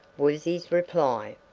was his reply.